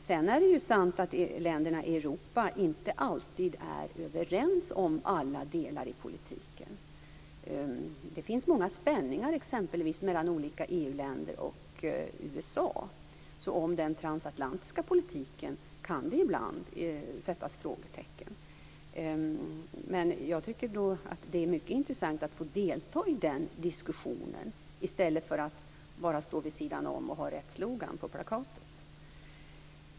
Sedan är det ju sant att länderna i Europa inte alltid är överens om alla delar i politiken. Det finns exempelvis många spänningar mellan olika EU-länder och USA. Så om den transatlantiska politiken kan det ibland sättas frågetecken. Men jag tycker att det är mycket intressant att få delta i den diskussionen i stället för att bara stå vid sidan om och ha rätt slogan på plakatet.